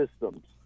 Systems